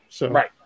Right